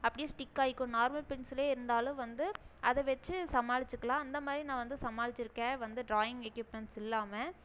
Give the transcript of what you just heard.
அப்படியே ஸ்டிக்காகிக்கும் நார்மல் பென்சிலே இருந்தாலும் வந்து அதை வெச்சு சமாளித்துக்கலாம் அந்தமாதிரி நான் வந்து சமாளித்திருக்கேன் வந்து ட்ராயிங் எக்யூப்மென்ட்ஸ் இல்லாமல்